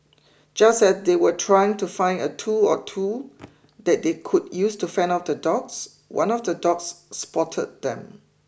just as they were trying to find a tool or two that they could use to fend off the dogs one of the dogs spotted them